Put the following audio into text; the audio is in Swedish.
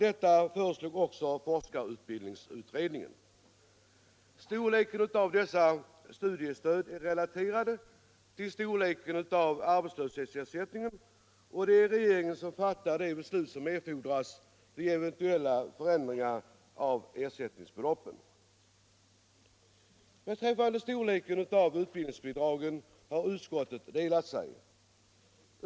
Detta föreslog också forskarutbildningsutredningen. Storleken av dessa studiestöd är relaterade till storleken av arbetslöshetsersättningen. Det är regeringen som fattar de beslut som erfordras för eventuella förändringar av ersättningsbeloppen. När det gäller utbildningsbidragens storlek har utskottet delat sig.